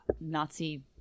nazi